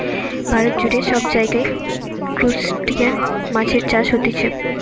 ভারত জুড়ে সব জায়গায় ত্রুসটাসিয়ান মাছের চাষ হতিছে